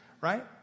right